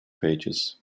pages